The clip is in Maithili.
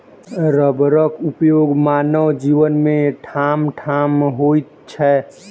रबरक उपयोग मानव जीवन मे ठामठाम होइत छै